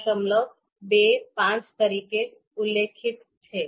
૨૫ તરીકે ઉલ્લેખિત છે